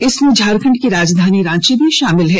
इसमें झारखंड की राजधानी रांची भी शामिल है